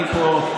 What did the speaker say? אני פה,